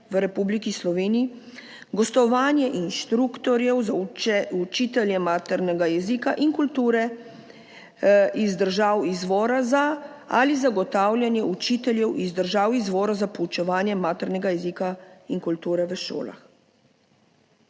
v Republiki Sloveniji, gostovanje inštruktorjev za učitelje maternega jezika in kulture iz držav izvora ali zagotavljanje učiteljev iz držav izvora za poučevanje maternega jezika in kulture v šolah.